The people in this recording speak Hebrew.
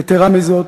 יתרה מזאת.